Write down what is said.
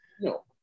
No